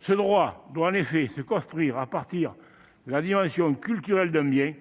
Ce droit doit en effet se construire à partir de la dimension culturelle d'un bien,